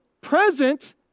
present